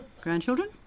grandchildren